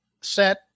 set